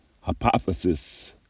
hypothesis